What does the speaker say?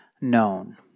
known